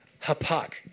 hapak